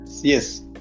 Yes